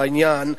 בעניין,